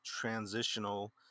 transitional